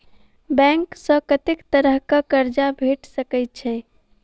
Bank सऽ कत्तेक तरह कऽ कर्जा भेट सकय छई?